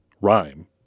Rhyme